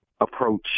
approach